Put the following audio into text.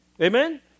Amen